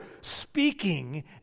speaking